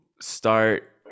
start